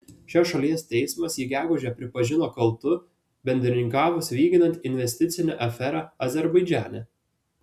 šios šalies teismas jį gegužę pripažino kaltu bendrininkavus vykdant investicinę aferą azerbaidžane